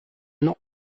not